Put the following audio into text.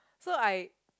so I